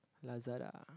Lazada